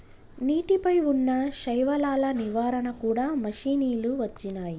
నీటి పై వున్నా శైవలాల నివారణ కూడా మషిణీలు వచ్చినాయి